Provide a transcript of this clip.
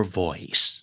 voice